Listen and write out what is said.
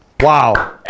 Wow